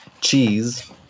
Cheese